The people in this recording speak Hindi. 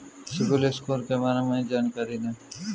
सिबिल स्कोर के बारे में जानकारी दें?